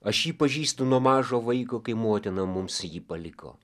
aš jį pažįstu nuo mažo vaiko kai motina mums jį paliko